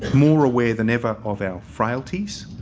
more aware than ever of our frailties.